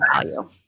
value